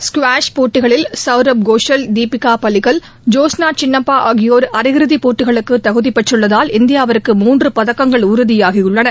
squash போட்டிகளில் சௌரவ் கோஷல் தீபிகா பலிகல் ஜோஸ்னா சின்னப்பா ஆகியோர் அரை இறுதி போட்டிகளுக்கு தகுதி பெற்றுள்ளதால் இந்தியாவுக்கு மூன்று பதக்கங்கள் உறுதியாகியுள்ளன